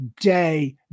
day